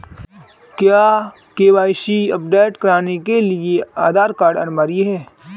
क्या KYC update करने के लिए आधार कार्ड अनिवार्य है?